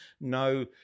No